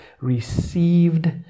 received